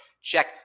check